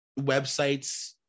websites